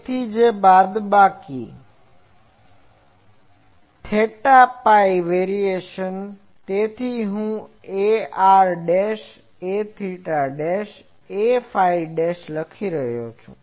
તેથી જે બાકી છે તે ત્યાં છે theta phi વેરીએશન તેથી જ હું Ar Aθ Aφ લખી રહ્યો છું